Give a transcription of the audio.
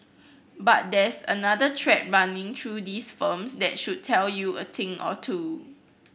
but there's another thread running through these firms that should tell you a thing or two